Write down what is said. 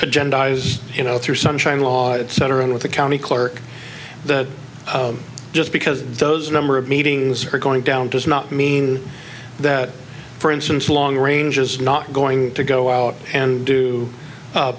agendas you know through sunshine law etc with the county clerk that just because those number of meetings are going down does not mean that for instance long range is not going to go out and do